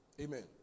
Amen